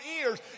ears